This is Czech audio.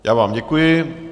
Já vám děkuji.